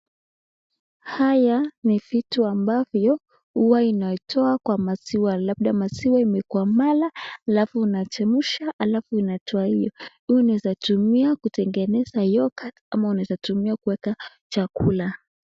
Haya ni vitu ambavyo huwa inatoa kwa maziwa, labda maziwa imekuwa mala halafu unachemsha halafu inatoa hii. Huu unaweza tumia kutengeneza yorghurt ama unaweza tumia kuweka chakula.